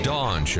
Dawn